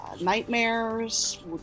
nightmares